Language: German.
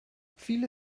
viele